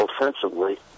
offensively